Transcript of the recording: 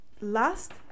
last